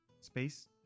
space